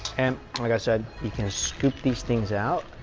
and like i said, you can scoop these things out